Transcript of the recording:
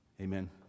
Amen